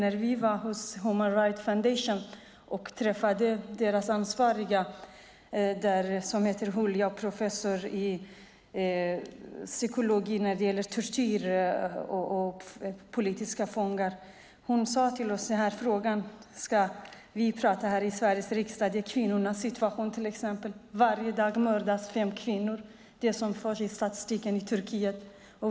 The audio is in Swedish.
När vi var hos Human Right Foundation och träffade deras ansvariga, som är professor i psykologi när det gäller tortyr av politiska fångar, sade hon till oss att prata i Sveriges riksdag om till exempel kvinnornas situation. Varje dag mördas fem kvinnor enligt det som syns i statistiken i Turkiet.